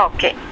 Okay